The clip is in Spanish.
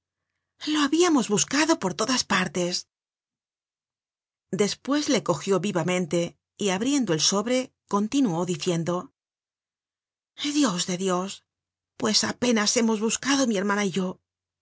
lo habíamos buscado por todas partes despues le cogió vivamente y abriendo el sobre continuó diciendo dios de dios pues apenas hemos buscado mi hermana y yo sois